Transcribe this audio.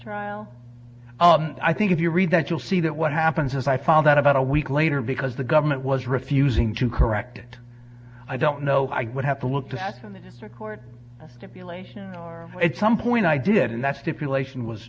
mistrial i think if you read that you'll see that what happens is i found out about a week later because the government was refusing to correct it i don't know how i would have to look to act on that it's a court stipulation or it's some point i did and that stipulation was